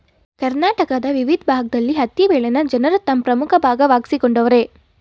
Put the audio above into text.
ಕರ್ನಾಟಕದ ವಿವಿದ್ ಭಾಗ್ದಲ್ಲಿ ಹತ್ತಿ ಬೆಳೆನ ಜನರು ತಮ್ ಪ್ರಮುಖ ಭಾಗವಾಗ್ಸಿಕೊಂಡವರೆ